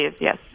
yes